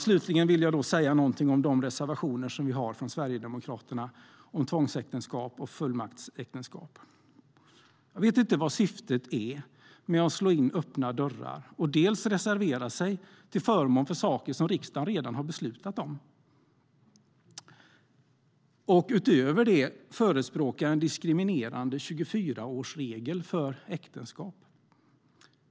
Slutligen vill jag säga något om de reservationer som finns från Sverigedemokraterna om tvångsäktenskap och fullmaktsäktenskap. Jag vet inte vad syftet är med att slå in öppna dörrar och reservera sig för saker som riksdagen redan har beslutat om. Utöver det förespråkar Sverigedemokraterna en diskriminerande 24-årsregel för äktenskap.